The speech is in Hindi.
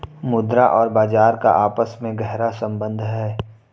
मुद्रा और बाजार का आपस में गहरा सम्बन्ध है